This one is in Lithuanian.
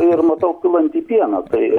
ir matau pilantį pieną tai